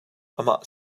amah